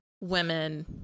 women